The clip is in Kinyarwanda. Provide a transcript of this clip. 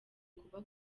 kuba